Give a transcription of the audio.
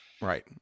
Right